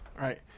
right